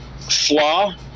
flaw